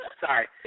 sorry